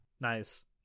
Nice